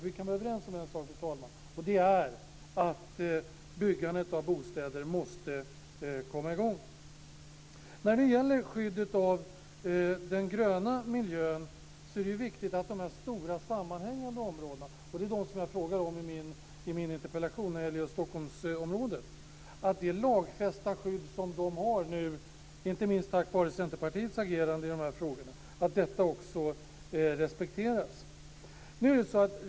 Vi kan vara överens om en sak, och det är att byggandet av bostäder måste komma i gång. När det gäller skyddet av den gröna miljön är det viktigt att det lagskydd som de stora sammanhängande områdena - och det är dem som jag berör i min interpellation - nu har, inte minst tack vare Centerpartiets agerande, respekteras.